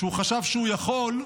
כשהוא חשב שהוא יכול,